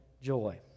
joy